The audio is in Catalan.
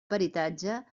peritatge